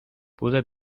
pude